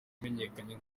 yamenyekanye